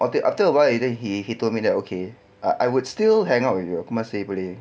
okay after awhile then he he told me that okay I I would still hang out with you aku masih boleh